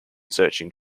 searching